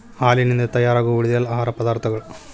ಹಾಲಿನಿಂದ ತಯಾರಾಗು ಉಳಿದೆಲ್ಲಾ ಆಹಾರ ಪದಾರ್ಥಗಳ